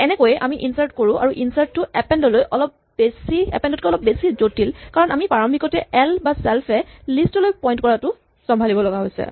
এনেকৈয়ে আমি ইনচাৰ্ট কৰোঁ আৰু ইনচাৰ্ট টো এপেন্ড তকৈ অলপ বেছি জটিল কাৰণ আমি প্ৰাৰম্ভিকতে এল বা চেল্ফ এ লিষ্ট লৈ পইন্ট কৰাটো চম্ভালিব লগা হৈছে